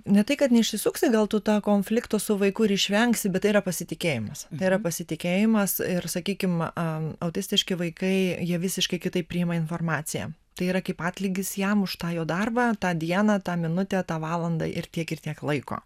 ne tai kad neišsisuksi gal tu tą konflikto su vaiku ir išvengsi bet tai yra pasitikėjimas yra pasitikėjimas ir sakykim am autistiški vaikai jie visiškai kitaip priima informaciją tai yra kaip atlygis jam už tą jo darbą tą dieną tą minutę tą valandą ir tiek ir tiek laiko